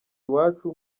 iwacu